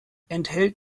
enthält